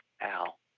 Al